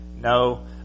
no